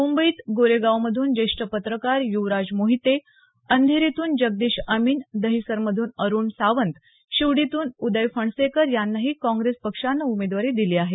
मुंबईत गोरेगावमधून ज्येष्ठ पत्रकार युवराज मोहिते अंधेरीतून जगदीश अमीन दहिसरमधून अरुण सावंत शिवडीतून उदय फणसेकर यांनाही काँग्रेस पक्षानं उमेदवारी दिली आहे